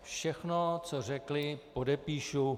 Všechno, co řekli, podepíšu.